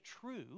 true